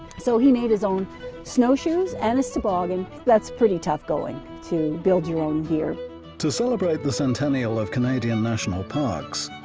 so he made his own snow shoes and his toboggan. that's pretty tough going to build your own gear to celebrate celebrate the centennial of canadian national parks,